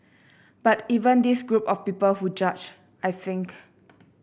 but even this group of people who judge I think